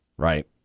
Right